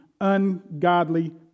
ungodly